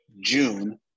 June